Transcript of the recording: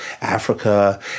Africa